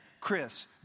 Chris